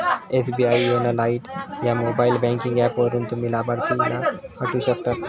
SBI YONO lite ह्या mobile banking app वापरून, तुम्ही लाभार्थीला हटवू शकतास